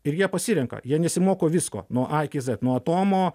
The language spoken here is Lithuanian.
ir jie pasirenka jie nesimoko visko nuo a iki zet nuo atomo